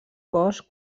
cos